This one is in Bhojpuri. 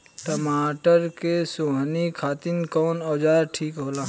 टमाटर के सोहनी खातिर कौन औजार ठीक होला?